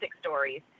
stories